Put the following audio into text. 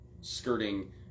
skirting